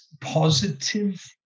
positive